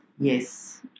Yes